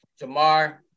Jamar